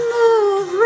move